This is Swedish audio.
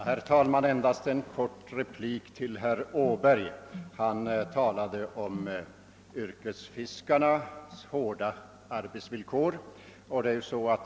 Herr talman! Endast en kort replik till herr Åberg. Han talade om yrkesfiskarnas hårda arbetsvillkor.